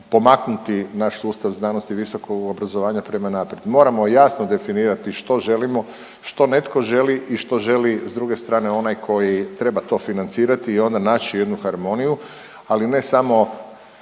pomaknuti naš sustav znanosti i visokog obrazovanja prema naprijed. Moramo jasno definirati što želimo, što netko želi i što želi s druge strane onaj koji treba to financirati i onda naći jednu harmoniju, ali ne samo